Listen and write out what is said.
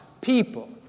people